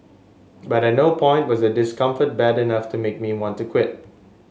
but at no point was a discomfort bad enough to make me want to quit